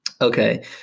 Okay